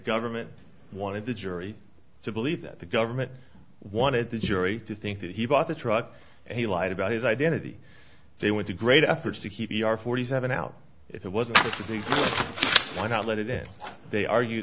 government wanted the jury to believe that the government wanted the jury to think that he bought the truck he lied about his identity they went to great efforts to keep our forty seven out if it wasn't for the why not let it in they argue